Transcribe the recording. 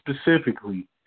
specifically